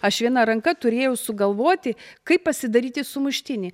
aš viena ranka turėjau sugalvoti kaip pasidaryti sumuštinį